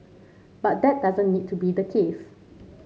but that doesn't need to be the case